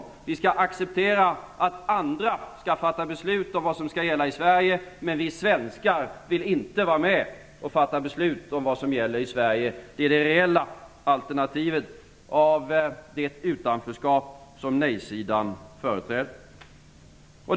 Vi skall acceptera att andra fattar beslut om vad som skall gälla i Sverige, men vi svenskar vill inte vara med och fatta beslut om vad som skall gälla i Sverige! Det är det reella alternativet i det utanförskap som nej-sidan företräder.